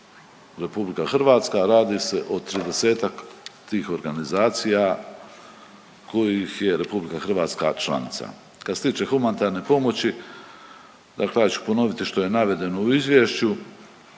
Republika Hrvatska. Radi se o tridesetak tih organizacija kojih je Republika Hrvatska članica. Što se tiče humanitarne pomoći, dakle ja ću ponoviti što je navedeno u izvješću